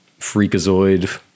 freakazoid